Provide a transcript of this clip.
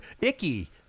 Icky